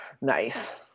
Nice